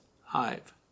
hive